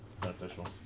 beneficial